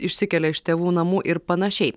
išsikelia iš tėvų namų ir panašiai